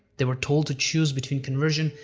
they were told to choose between conversion,